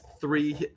three